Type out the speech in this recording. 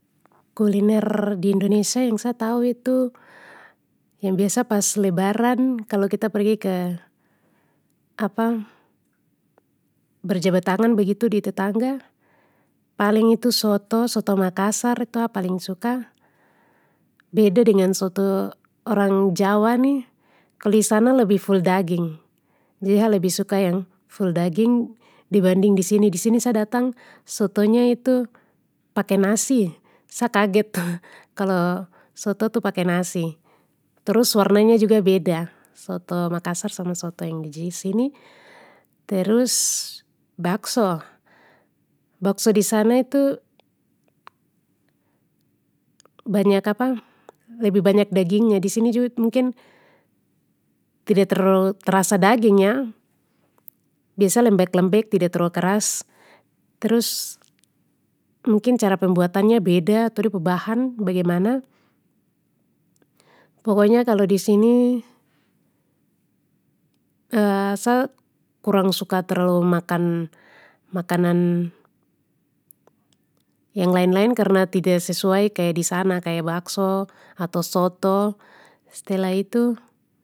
Kuliner di indonesia yang sa tahu itu yang biasa pas lebaran kalo kita pergi ke berjabat tangan begitu di tetangga, paling itu soto soto makassar itu a paling suka beda dengan soto orang jawa ini kalo disana lebih ful daging dibanding disini disini sa datang sotonya itu pake nasi, sa kaget kalo soto itu pake nasi, terus warnanya juga beda soto makassar sama soto yang disini, terus, bakso, bakso disana itu. Banyak lebih banyak dagingnya disini juga mungkin, tida terlalu rasa daging ya, biasa lembek lembek tida terlalu keras, terus mungkin cara pembuatannya beda ato de pu bahan bagemana. Pokoknya kalo disini sa kurang suka terlalu makan makanan, yang lain lain karna tida sesuai kaya disana kaya bakso ato soto, stelah itu.